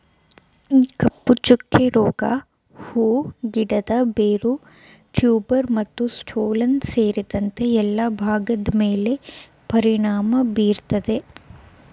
ಕಪ್ಪುಚುಕ್ಕೆ ರೋಗ ಹೂ ಗಿಡದ ಬೇರು ಟ್ಯೂಬರ್ ಮತ್ತುಸ್ಟೋಲನ್ ಸೇರಿದಂತೆ ಎಲ್ಲಾ ಭಾಗದ್ಮೇಲೆ ಪರಿಣಾಮ ಬೀರ್ತದೆ